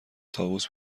طاووس